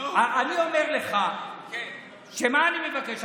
אני אומר לך, מה אני מבקש?